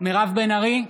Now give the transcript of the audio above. מירב בן ארי,